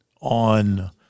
on